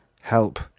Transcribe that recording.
Help